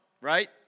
right